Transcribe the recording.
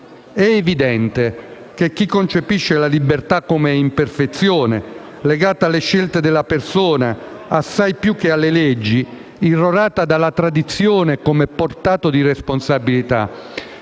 È evidente che chi concepisce la libertà come imperfezione, legata alle scelte della persona assai più che alle leggi, irrorata dalla tradizione come portato di responsabilità;